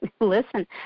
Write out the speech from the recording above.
listen